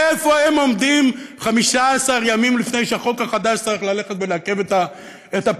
איפה הם עומדים 15 ימים לפני שהחוק החדש צריך ללכת ולעכב את הפתיחה,